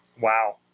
Wow